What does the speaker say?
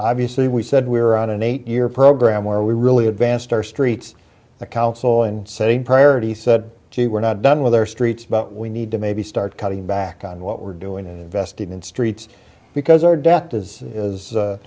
obviously we said we were on an eight year program where we really advanced our streets the council and setting priorities said gee we're not done with our streets but we need to maybe start cutting back on what we're doing investing in streets because our dept is is